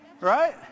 right